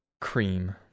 Cream